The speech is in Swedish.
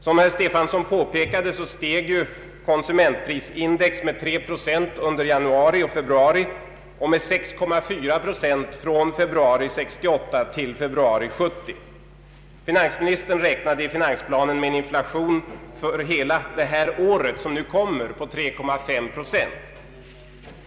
Som herr Stefanson påpekade, steg konsumentprisindex med 3 procent under januari och februari och med 6,4 procent från februari 1968 till februari 1970. Finansministern räknade i finansplanen med en inflation för hela detta år på 3,5 procent.